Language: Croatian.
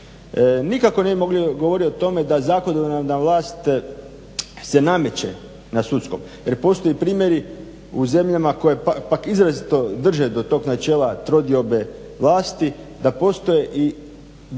Nikako ne bi mogli govorit o tome da zakonodavna vlast se nameće na sudsku jer postoje primjeri u zemljama koje pak izrazito drže do tog načela trodiobe vlasti, da postoje i primjeri